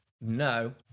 No